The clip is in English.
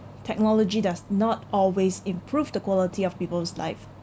technology does not always improve the quality of people's life